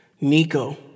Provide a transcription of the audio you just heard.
Nico